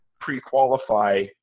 pre-qualify